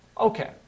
Okay